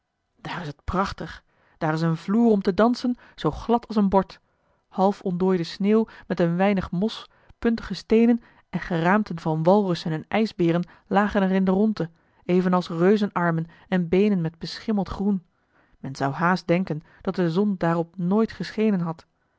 daar is het prachtig daar is een vloer om te dansen zoo glad als een bord half ontdooide sneeuw met een weinig mos puntige steenen en geraamten van walrussen en ijsberen lagen er in de rondte evenals reuzenarmen en beenen met beschimmeld groen men zou haast denken dat de zon daarop nooit geschenen had